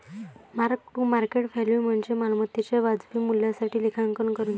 mark to market value म्हणजे मालमत्तेच्या वाजवी मूल्यासाठी लेखांकन करणे